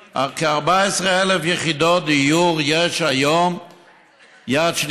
כ-14,000 יחידות דיור יד שנייה יש היום למכירה.